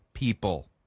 people